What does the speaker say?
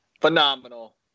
Phenomenal